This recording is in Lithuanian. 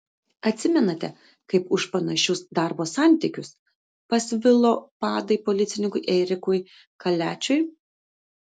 atsimenate kaip už panašius darbo santykius pasvilo padai policininkui erikui kaliačiui